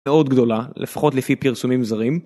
מאוד גדולה לפחות לפי פרסומים זרים.